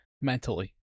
mentally